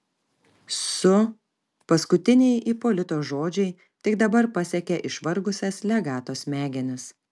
su paskutiniai ipolito žodžiai tik dabar pasiekė išvargusias legato smegenis